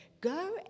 Go